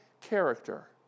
character